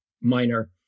minor